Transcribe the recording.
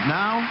now